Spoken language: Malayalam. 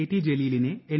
ടി ജലീലിനെ എൻ